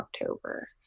October